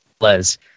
Les